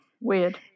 weird